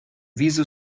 viso